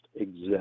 exist